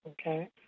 Okay